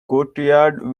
courtyard